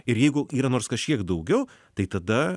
ir jeigu yra nors kažkiek daugiau tai tada